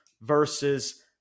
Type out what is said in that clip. versus